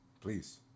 Please